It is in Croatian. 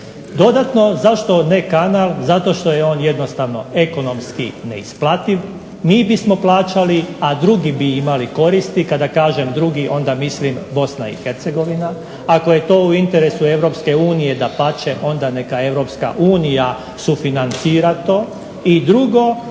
Dodatno zašto ne kanal, zato što je on jednostavno ekonomski neisplativ. Mi bismo plaćali, a drugi bi imali koristi. Kada kažem drugi onda mislim Bosna i Hercegovina. Ako je to u interesu Europske unije dapače, onda neka Europska unija sufinancira to. I drugo,